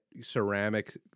ceramic